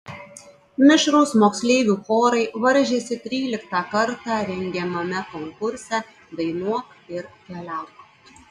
mišrūs moksleivių chorai varžėsi tryliktą kartą rengiamame konkurse dainuok ir keliauk